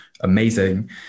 Amazing